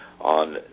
on